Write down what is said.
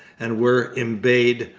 and were embayed,